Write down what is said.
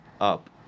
up